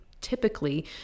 typically